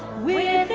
we